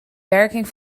werking